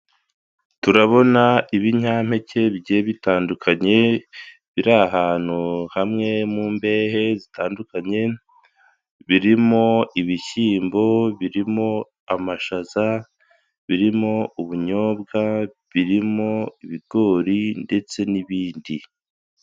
Turabona ibinyampeke bigiye bitandukanye, biri ahantu hamwe mu mbehe zitandukanye birimo ibishyimbo birimo amashaza, birimo ubunyobwa, birimo ibigori ndetse n'ibindi.